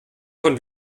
von